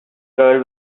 girl